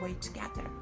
together